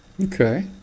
okay